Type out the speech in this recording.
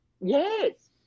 Yes